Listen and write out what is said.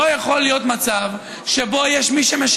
יכול להיות מצב שבו כבר ראינו אין-ספור דרכים